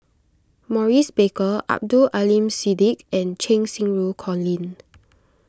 Maurice Baker Abdul Aleem Siddique and Cheng Xinru Colin